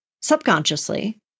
subconsciously